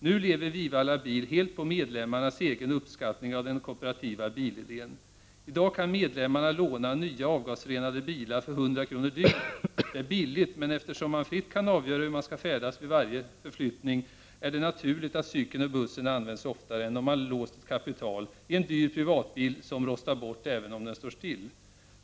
Nu lever Vivalla Bil helt på medlemmarnas egen uppskattning av den kooperativa bilidén. I dag kan medlemmarna låna nya, avgäsrenade bilar för 100 kr. dygnet! Det är billigt, men eftersom man fritt kan avgöra hur man skall färdas vid varje förflyttning är det naturligt att cykeln och bussen används oftare än om man låst ett kapital i en dyr privatbil som rostar bort även då den står still.